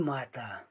Mata